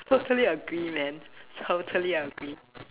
totally agree man totally agree